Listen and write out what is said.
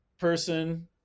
person